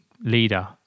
leader